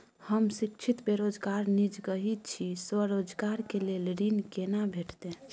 हम शिक्षित बेरोजगार निजगही छी, स्वरोजगार के लेल ऋण केना भेटतै?